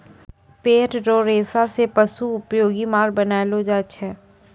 पेड़ रो रेशा से पशु उपयोगी माल बनैलो जाय छै